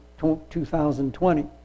2020